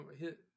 hit